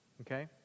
Okay